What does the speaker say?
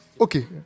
Okay